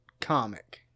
comic